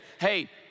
hey